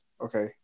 Okay